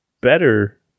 better